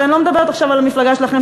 ואני לא מדברת עכשיו על המפלגה שלכם,